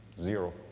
Zero